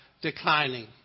declining